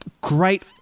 great